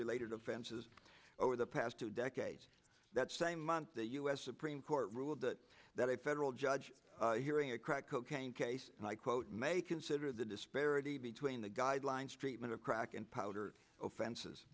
related offenses over the past two decades that same month the us supreme court ruled that that a federal judge hearing a crack cocaine case and i quote may consider the disparity between the guidelines treatment of crack and powder offenses